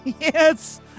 Yes